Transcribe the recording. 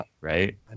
right